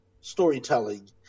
storytelling